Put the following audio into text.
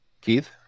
Keith